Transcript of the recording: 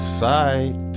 sight